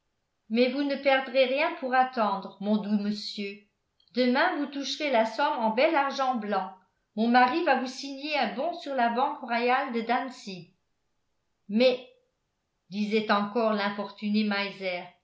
mais vous ne perdrez rien pour attendre mon doux monsieur demain vous toucherez la somme en bel argent blanc mon mari va vous signer un bon sur la banque royale de dantzig mais disait encore